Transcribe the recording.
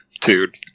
Dude